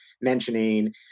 mentioning